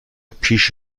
پیش